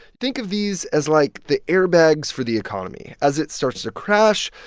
think of these as like the air bags for the economy. as it starts to crash,